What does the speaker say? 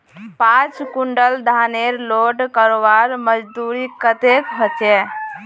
पाँच कुंटल धानेर लोड करवार मजदूरी कतेक होचए?